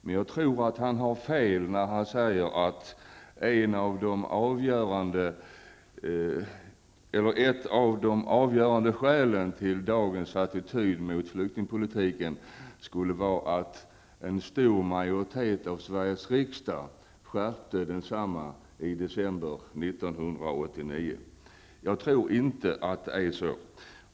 Men jag tror att han har fel när han säger att ett av de avgörande skälen till dagens attityder mot flyktingpolitiken skulle vara att en stor majoritet av 1989. Jag tror inte att det är så.